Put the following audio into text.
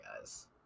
guys